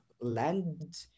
land